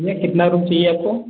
भैया कितना रूम चाहिए आपको